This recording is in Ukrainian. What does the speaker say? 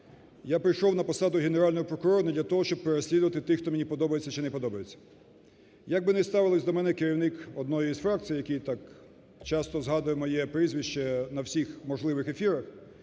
я прийшов на посаду Генерального прокурора не для того, щоб переслідувати тих, хто мені подобається чи не подобається. Як би не ставився до мене керівник однієї з фракцій, який так часто згадує моє прізвище на всіх можливих ефірах,